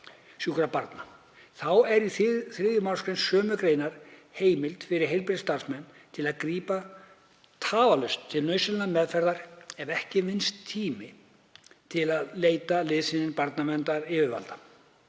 sjúkra barna. Þá er í 3. mgr. sömu greinar heimild fyrir heilbrigðisstarfsmenn til að grípa tafarlaust til nauðsynlegrar meðferðar ef ekki vinnst tími til að leita liðsinnis barnaverndaryfirvalda.